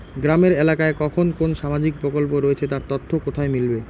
গ্রামের এলাকায় কখন কোন সামাজিক প্রকল্প রয়েছে তার তথ্য কোথায় মিলবে?